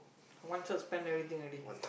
one shot spend everything already